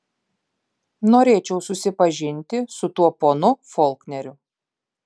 norėčiau susipažinti su tuo ponu folkneriu